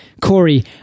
Corey